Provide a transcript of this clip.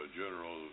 general